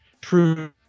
true